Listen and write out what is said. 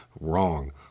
wrong